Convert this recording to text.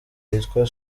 yitwa